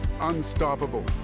Unstoppable